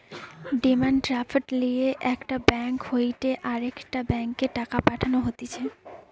demand draft লিয়ে একটা bank হইতে আরেকটা ব্যাংকে টাকা পাঠানো হতিছে